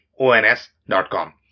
ons.com